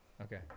Okay